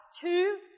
two